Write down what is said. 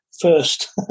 first